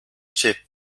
chip